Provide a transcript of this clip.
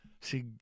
See